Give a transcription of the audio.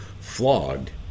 flogged